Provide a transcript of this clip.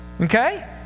Okay